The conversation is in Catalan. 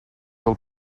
del